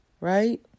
right